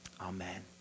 Amen